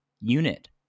unit